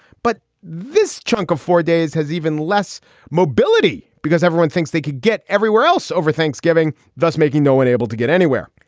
but this chunk of four days has even less mobility because everyone thinks they could get everywhere else over thanksgiving, thus making no one able to get anywhere.